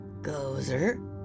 Gozer